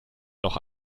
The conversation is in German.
noch